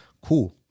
Cool